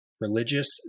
religious